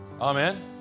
Amen